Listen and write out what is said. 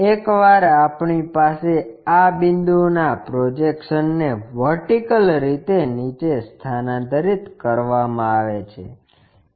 એકવાર આપણી પાસે આ બિંદુના પ્રોજેક્શનને વર્ટિકલ રીતે નીચે સ્થાનાંતરિત કરવામાં આવે છે